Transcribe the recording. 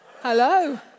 Hello